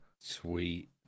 Sweet